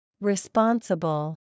Responsible